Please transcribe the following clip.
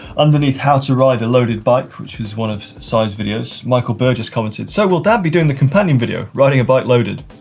underneath how to ride a loaded bike, which is one of si's videos, michael burgess commented, so, will dan be doing the companion video, riding a bike loaded?